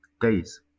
days